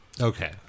Okay